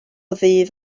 ddydd